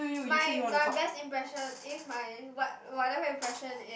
my my best impression eh my what whatever impression is